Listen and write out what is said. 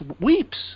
weeps